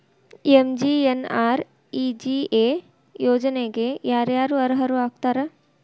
MGNREGA ಯೋಜನೆಗೆ ಯಾರ ಯಾರು ಅರ್ಹರು ಆಗ್ತಾರ?